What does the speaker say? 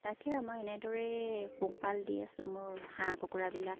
তাকে মই এনেদৰেই পোহপাল দি আছোঁ মোৰ হাঁহ কুকুৰাবিলাক